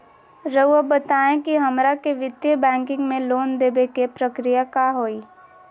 रहुआ बताएं कि हमरा के वित्तीय बैंकिंग में लोन दे बे के प्रक्रिया का होई?